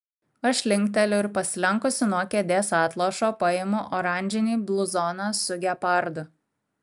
aš linkteliu ir pasilenkusi nuo kėdės atlošo paimu oranžinį bluzoną su gepardu